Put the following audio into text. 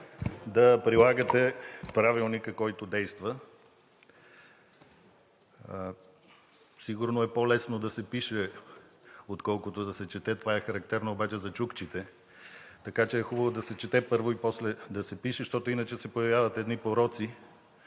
да прилагате Правилника, който действа. Сигурно е по-лесно да се пише, отколкото да се чете, това е характерно обаче за чукчите. Така че е хубаво да се чете първо и после да се пише, защото иначе се появяват едни пороци,